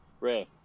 ray